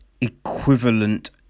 equivalent